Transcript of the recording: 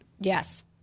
Yes